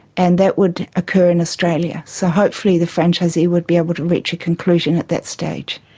and that would occur in australia. so hopefully the franchisee would be able to reach a conclusion at that stage.